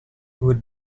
would